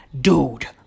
dude